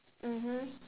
mmhmm